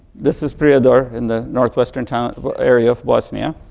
this is prijedor in the north western town area of bosnia.